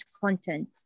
content